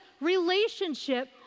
relationship